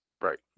Right